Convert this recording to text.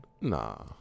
Nah